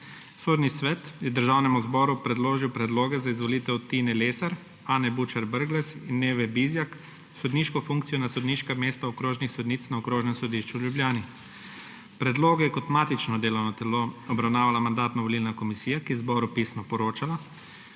Sodni svet je Državnemu zboru predložil predloge za izvolitev Tine Lesar, Ane Bučar Brglez in Eve Bizjak v sodniško funkcijo na sodniška mesta okrožnih sodnic na Okrožnem sodišču v Ljubljani. Predloge je kot matično delovno telo obravnavala Mandatno-volilna komisija, ki je zboru pisno poročala.